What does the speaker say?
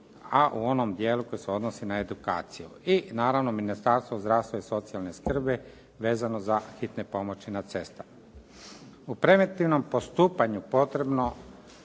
a u onom dijelu koji se odnosi na edukaciju i naravno Ministarstvo zdravstva i socijalne skrbi vezano za hitne pomoći na cestama. U preventivnom postupanju posebno